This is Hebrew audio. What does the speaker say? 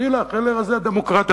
תדעי לך, זה דמוקרטיה.